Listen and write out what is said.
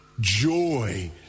joy